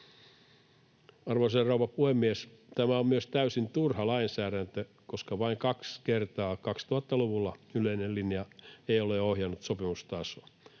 Arvoisa rouva puhemies! Tämä on myös täysin turha lainsäädäntö, koska vain kaksi kertaa 2000-luvulla yleinen linja ei ole ohjannut sopimustasoa.